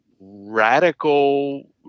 Radical